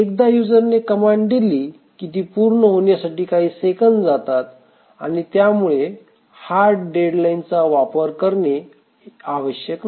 एकदा युजरने कमांड दिली की ती पूर्ण होण्यासाठी काही सेकंद जातात आणि त्यामुळे हार्ड डेडलाईन चा वापर करणे आवश्यक नाही